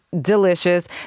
delicious